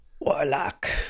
Warlock